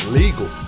legal